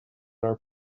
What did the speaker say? our